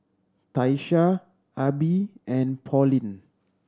Tyesha Abie and Pauline